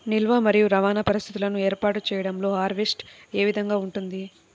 నిల్వ మరియు రవాణా పరిస్థితులను ఏర్పాటు చేయడంలో హార్వెస్ట్ ఏ విధముగా ఉంటుంది?